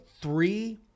three